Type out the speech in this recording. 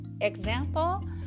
Example